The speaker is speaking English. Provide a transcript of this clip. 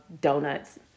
donuts